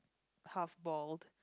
half balled